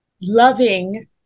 loving